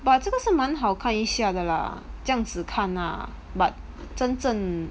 but 这个是蛮好看一下的啦这样子看 lah but 真正